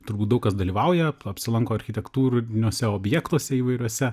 turbūt daug kas dalyvauja apsilanko architektūriniuose objektuose įvairiose